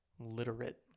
literate